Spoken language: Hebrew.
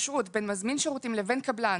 התקשרות בין מזמין שירותים לבין קבלן,